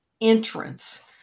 entrance